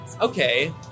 Okay